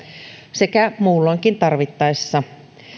sekä muulloinkin tarvittaessa